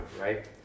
right